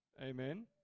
Amen